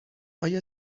آیا